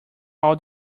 all